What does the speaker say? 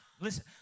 Listen